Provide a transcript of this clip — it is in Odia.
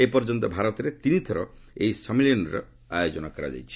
ଏପର୍ଯ୍ୟନ୍ତ ଭାରତରେ ତିନିଥର ଏହି ସମ୍ମିଳନୀର ଆୟୋଜନ କରାଯାଇଛି